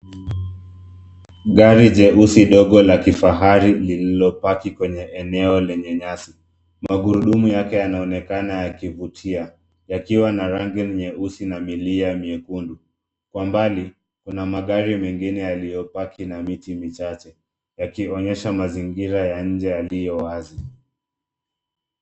Gari jeusi ndogo la kifahari lililopaki kwenye eneo lenye nyasi. Magurudumu yake yanaonekana yakivutia yakiwa na rangi nyeusi na milia myekundu. Kwa mbali, kuna magari mengine yaliyopaki na miti michache yakionyesha mazingira ya nje yaliyo wazi.